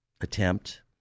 attempt